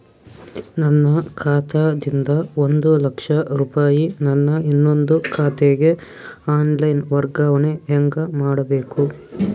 ನನ್ನ ಖಾತಾ ದಿಂದ ಒಂದ ಲಕ್ಷ ರೂಪಾಯಿ ನನ್ನ ಇನ್ನೊಂದು ಖಾತೆಗೆ ಆನ್ ಲೈನ್ ವರ್ಗಾವಣೆ ಹೆಂಗ ಮಾಡಬೇಕು?